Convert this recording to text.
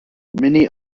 many